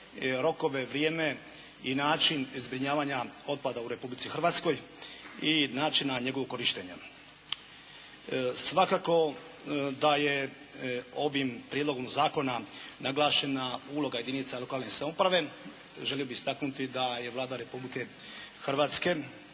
rokove, vrijeme i način zbrinjavanja otpada u Republici Hrvatskoj i načina njegova korištenja. Svakako da je ovim Prijedlogom zakona naglašena uloga jedinica lokalne samouprave. Želio bih istaknuti da je Vlada Republike Hrvatske